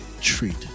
treat